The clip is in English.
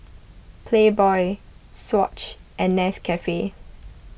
Playboy Swatch and Nescafe